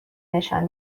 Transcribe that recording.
نشان